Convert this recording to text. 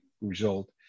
result